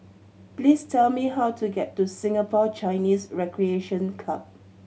please tell me how to get to Singapore Chinese Recreation Club